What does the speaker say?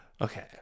Okay